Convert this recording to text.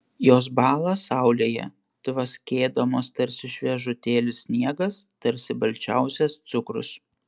jos bąla saulėje tvaskėdamos tarsi šviežutėlis sniegas tarsi balčiausias cukrus